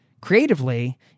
creatively